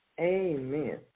Amen